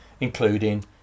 including